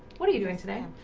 what are you doing today?